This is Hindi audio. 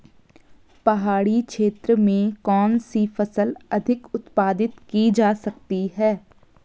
पहाड़ी क्षेत्र में कौन सी फसल अधिक उत्पादित की जा सकती है?